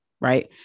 right